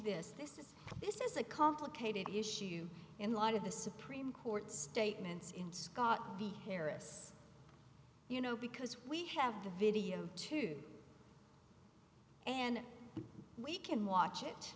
this is this is a complicated issue in light of the supreme court statements in scott the harris you know because we have the video too and we can watch it